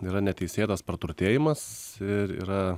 yra neteisėtas praturtėjimas ir yra